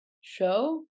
show